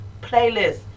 playlist